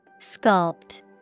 Sculpt